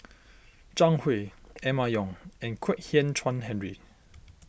Zhang Hui Emma Yong and Kwek Hian Chuan Henry